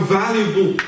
valuable